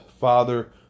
Father